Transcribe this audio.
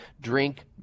drink